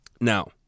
Now